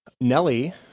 Nelly